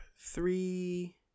Three